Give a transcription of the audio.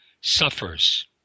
suffers